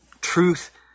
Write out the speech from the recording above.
truth